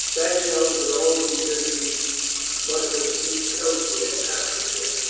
that shows that all resistance must have ceased elsewhere, aska said,